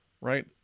right